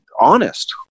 honest